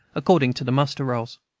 according to the muster-rolls.